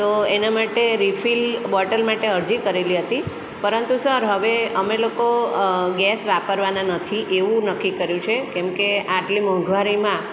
તો એના માટે રિફિલ બોટલ માટે અરજી કરેલી હતી પરંતુ સર હવે અમે લોકો ગેસ વાપરવાના નથી એવું નક્કી કર્યું છે કેમ કે આટલી મોંઘવારીમાં